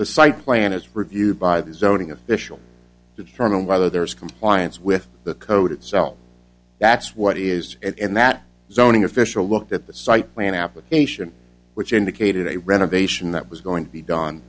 the site plan is reviewed by the zoning official to determine whether there is compliance with the code itself that's what is it and that zoning official looked at the site plan application which indicated a renovation that was going to be done